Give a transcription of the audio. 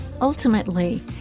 ultimately